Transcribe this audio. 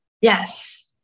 Yes